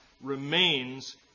remains